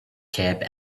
cape